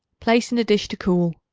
place in a dish to cool.